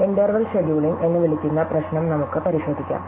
interval scheduling എന്ന് വിളിക്കുന്ന പ്രശ്നം നമുക്ക് പരിശോധിക്കാം